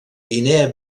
guinea